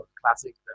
classic